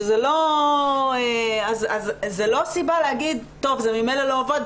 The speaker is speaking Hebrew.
זאת לא סיבה להגיד שממילא זה לא עובד,